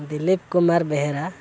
Dilip Kumar Behera